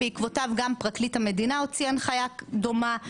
בעקבותיו גם פרקליט המדינה הוציא הנחיה דומה,